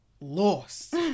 lost